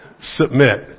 submit